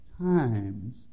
times